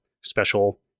special